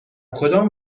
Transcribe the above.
کدام